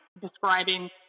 describing